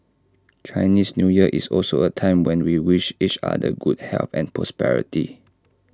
Chinese New Year is also A time when we wish each other good health and prosperity